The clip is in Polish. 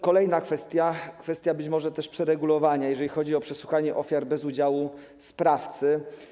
Kolejna kwestia, kwestia być może przeregulowania, jeżeli chodzi o przesłuchanie ofiar bez udziału sprawcy.